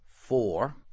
four